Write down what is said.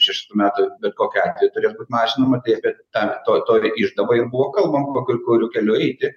šeštų metų bet kokiu atveju turės būt mažinama tai bet tam toj toj iždavoj ir buvo kalbama kur kuriu keliu eiti